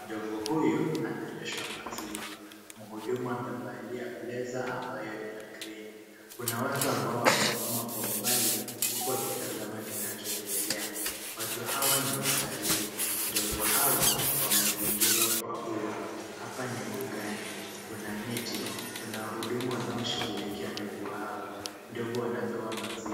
Ndovu huyu ananyweshwa maziwa. Mhudumu amevalia blazer ambayo ni ya green. Kuna watu ambao wamesimama kwa umbali, huku wakitazama kinachoendelea. Watu hawa ni watalii. Ndovu hawa wamezingirwa kwa ua. Hapa ni mbugani, kuna miti, kuna wahudumu wanaoshughulikia ndovu hawa. Ndovu wanapewa maziwa.